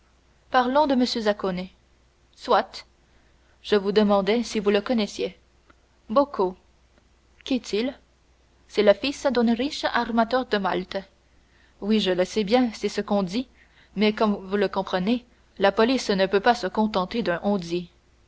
parlons de m zaccone soit je vous demandais si vous le connaissiez beaucoup qu'est-il c'est le fils d'un riche armateur de malte oui je le sais bien c'est ce qu'on dit mais comme vous le comprenez la police ne peut pas se contenter d'un on-dit